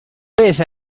pese